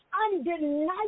undeniable